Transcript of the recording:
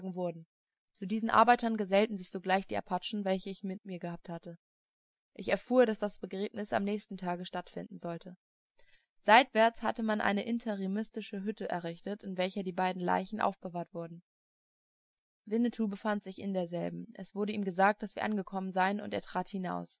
wurden zu diesen arbeitern gesellten sich sogleich die apachen welche ich mit mir gehabt hatte ich erfuhr daß das begräbnis am nächsten tage stattfinden sollte seitwärts hatte man eine interimistische hütte errichtet in welcher die beiden leichen aufbewahrt wurden winnetou befand sich in derselben es wurde ihm gesagt daß wir angekommen seien und er trat heraus